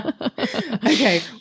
Okay